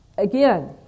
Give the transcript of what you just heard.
Again